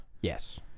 yes